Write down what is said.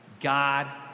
God